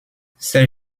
ces